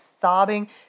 sobbing